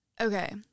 Okay